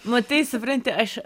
matai supranti aš